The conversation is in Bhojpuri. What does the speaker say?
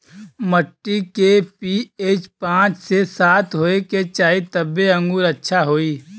मट्टी के पी.एच पाँच से सात होये के चाही तबे अंगूर अच्छा होई